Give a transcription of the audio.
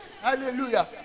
Hallelujah